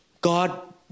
god